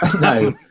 No